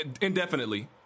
indefinitely